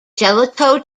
jellicoe